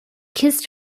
kissed